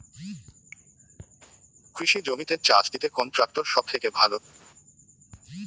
কৃষি জমিতে চাষ দিতে কোন ট্রাক্টর সবথেকে ভালো?